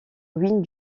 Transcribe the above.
ruines